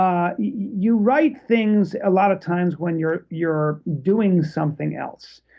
um you write things a lot of times when you're you're doing something else.